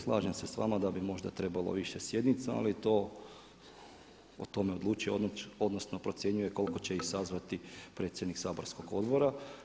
Slažem se sa vama da bi možda trebalo više sjednica, ali o tome odlučuje, odnosno procjenjuje koliko će ih sazvati predsjednik saborskih odbora.